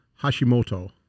Hashimoto